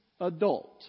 adult